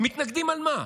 מתנגדים למה?